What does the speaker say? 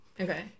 okay